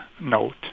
note